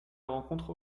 rencontre